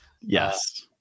Yes